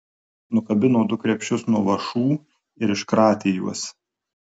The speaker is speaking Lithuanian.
nukabino du krepšius nuo vąšų ir iškratė juos